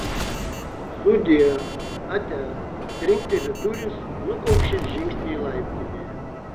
sudie atia trinkteli durys nukaukši žingsniai laiptinėje